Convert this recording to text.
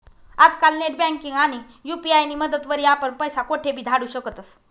आजकाल नेटबँकिंग आणि यु.पी.आय नी मदतवरी आपण पैसा कोठेबी धाडू शकतस